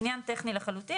זה עניין טכני לחלוטין,